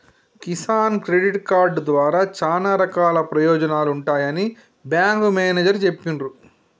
Kisan credit card ద్వారా చానా రకాల ప్రయోజనాలు ఉంటాయని బేంకు మేనేజరు చెప్పిన్రు